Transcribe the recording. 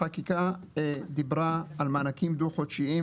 החקיקה דיברה על מענקים דו-חודשיים.